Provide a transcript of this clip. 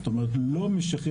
זאת אומרת, לא משחררים.